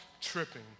tripping